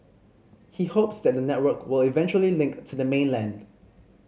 he hopes that the network will eventually link to the mainland